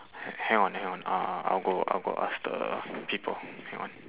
ha~ hang on hang on uh uh I'll go I'll go ask the people hang on